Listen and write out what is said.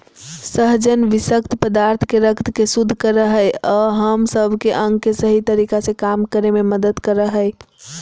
सहजन विशक्त पदार्थ के रक्त के शुद्ध कर हइ अ हम सब के अंग के सही तरीका से काम करे में मदद कर हइ